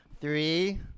three